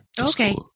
Okay